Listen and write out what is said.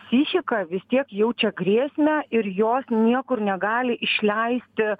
psichika vis tiek jaučia grėsmę ir jos niekur negali išleisti